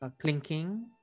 clinking